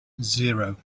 zero